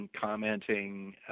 commenting